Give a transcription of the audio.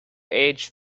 age